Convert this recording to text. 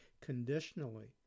conditionally